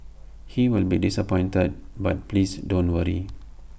he will be disappointed but please don't worry